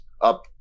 up